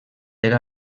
era